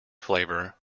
flavor